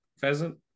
pheasant